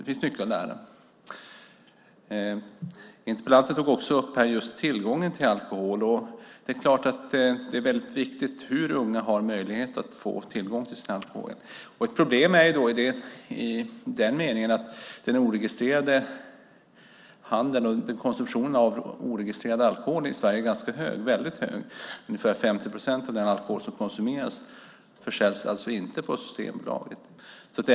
Det finns mycket att lära. Interpellanten tog också upp tillgången till alkohol. Det är klart att det är väldigt viktigt hur tillgången till alkohol är för unga. Ett problem är då att den oregistrerade handeln och konsumtionen av oregistrerad alkohol i Sverige är väldigt hög. Ungefär 50 procent av den alkohol som konsumeras försäljs alltså inte på Systembolaget.